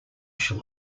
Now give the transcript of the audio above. shall